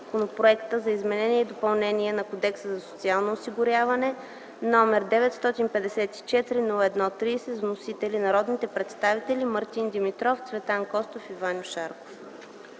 Законопроекта за изменение и допълнение на Кодекса за социално осигуряване, № 954 01-30, с вносители народните представители Мартин Димитров, Цветан Костов и Ваньо Шарков.”